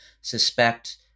suspect